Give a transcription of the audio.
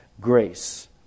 grace